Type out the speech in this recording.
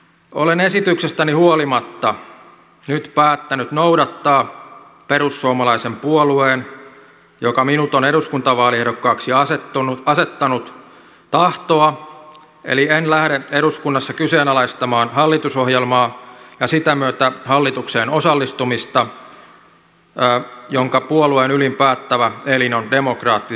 olen esityksestäni huolimatta nyt päättänyt noudattaa perussuomalaisen puolueen joka minut on eduskuntavaaliehdokkaaksi asettanut tahtoa eli en lähde eduskunnassa kyseenalaistamaan hallitusohjelmaa ja sitä myötä hallitukseen osallistumista jonka puolueen ylin päättävä elin on demokraattisesti hyväksynyt